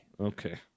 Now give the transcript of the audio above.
Okay